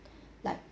like